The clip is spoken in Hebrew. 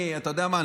אתה יודע מה?